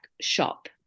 shop